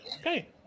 okay